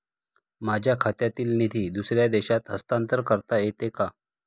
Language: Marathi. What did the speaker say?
माझ्या खात्यातील निधी दुसऱ्या देशात हस्तांतर करता येते का?